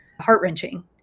heart-wrenching